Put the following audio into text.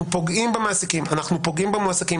אנחנו פוגעים במעסיקים, אנחנו פוגעים במועסקים.